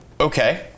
Okay